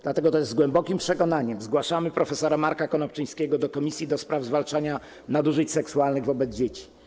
Dlatego też z głębokim przekonaniem zgłaszamy prof. Marka Konopczyńskiego na członka komisji do spraw zwalczania nadużyć seksualnych wobec dzieci.